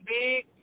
big